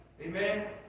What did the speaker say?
Amen